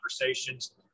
conversations